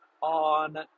on